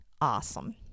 awesome